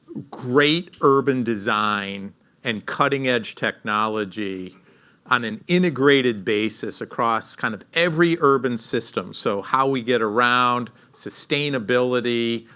great urban design and cutting-edge technology on an integrated basis across kind of every urban system so how we get around, sustainability,